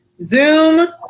Zoom